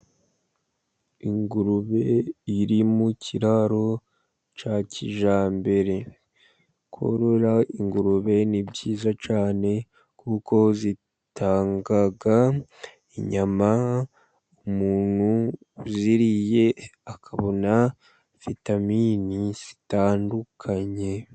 Ingurube iri mu kiraro cya kijyambere. Korora ingurube ni byiza cyane, kuko zitanga inyama. Umuntu uziriye akabona vitamini zitandukanye.